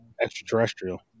extraterrestrial